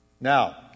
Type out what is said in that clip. Now